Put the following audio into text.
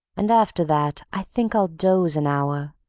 and after that i think i'll doze an hour,